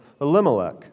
Elimelech